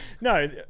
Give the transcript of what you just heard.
No